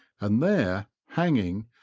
and there, hanging,